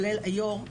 כולל היו"ר,